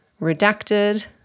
redacted